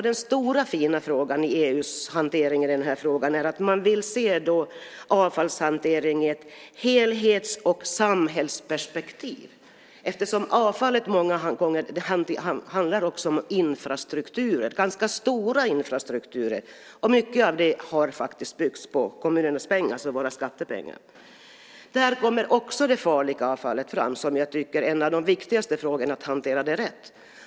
Det stora, fina i EU:s hantering av den här frågan är att man vill se avfallshanteringen i ett helhets och samhällsperspektiv eftersom avfallet många gånger också handlar om infrastrukturen, ganska stora infrastrukturer, och mycket av dem har faktiskt byggts för kommunens pengar, våra skattepengar. Där kommer också det farliga avfallet fram, som jag tycker är en av de viktigaste frågorna att hantera rätt.